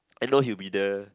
I know he will be there